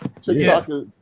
TikTok